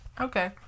Okay